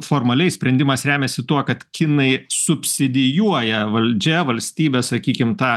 formaliai sprendimas remiasi tuo kad kinai subsidijuoja valdžia valstybė sakykim tą